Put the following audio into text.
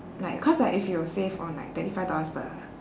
like cause like if you save on like thirty five dollars per